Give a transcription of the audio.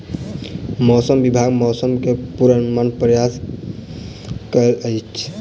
मौसम विभाग मौसम के पूर्वानुमानक प्रयास करैत अछि